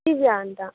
ದಿವ್ಯಾ ಅಂತ